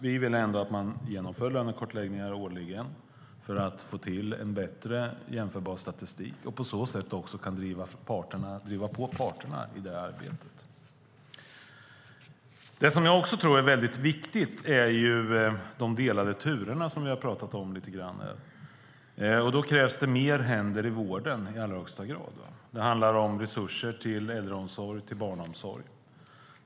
Vi vill att lönekartläggningar genomförs årligen för att få en bättre och mer jämförbar statistik och på så sätt driva på parterna i jämställdhetsarbetet. Något som jag också tror är viktigt är att få bort de delade turerna, som vi har talat lite grann om här. Då krävs det i allra högsta grad fler händer i vården. Det handlar om resurser till äldreomsorg och barnomsorg.